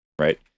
right